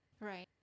Right